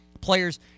players